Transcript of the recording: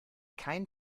kein